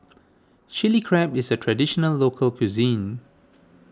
Chili Crab is a Traditional Local Cuisine